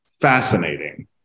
Fascinating